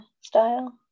style